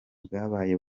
bwabaye